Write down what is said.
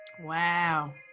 wow